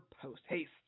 post-haste